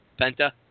Penta